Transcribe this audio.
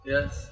Yes